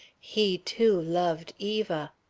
he, too, loved eva!